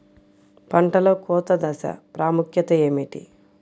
పంటలో కోత దశ ప్రాముఖ్యత ఏమిటి?